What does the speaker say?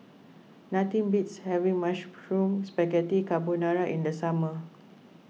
nothing beats having Mushroom Spaghetti Carbonara in the summer